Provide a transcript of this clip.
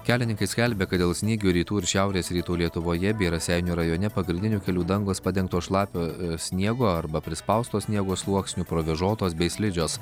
kelininkai skelbia kad dėl snygio rytų ir šiaurės rytų lietuvoje bei raseinių rajone pagrindinių kelių dangos padengtos šlapio sniego arba prispausto sniego sluoksniu provėžotos bei slidžios